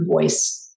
voice